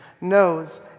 knows